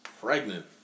pregnant